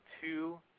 two